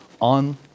on